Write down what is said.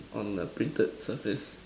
on a printed surface